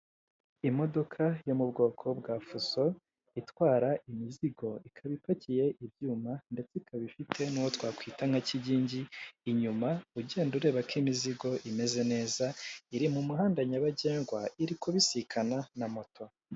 Imodoka yo mu bwoko bwa fuso itwara imizigo ikaba, ipakiye ibyuma ndetse ikaba ifite n'uwo twakita nka kigingi inyuma ugenda ureba ko imizigo imeze neza. Iri mu muhanda nyabagendwa iri kubisikana na moto.